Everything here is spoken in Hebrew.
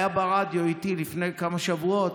היה ברדיו איתי לפני כמה שבועות.